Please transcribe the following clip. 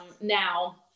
now